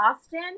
austin